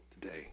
today